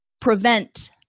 prevent